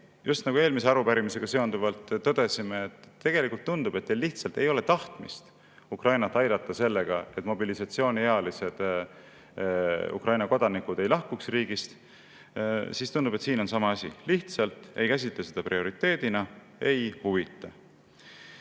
just nagu me eelmise arupärimisega seonduvalt tõdesime, et tegelikult tundub, et teil lihtsalt ei ole tahtmist Ukrainat aidata sellega, et mobilisatsiooniealised Ukraina kodanikud ei lahkuks riigist, tundub siin, et te lihtsalt ei käsitle seda prioriteedina. Ei huvita!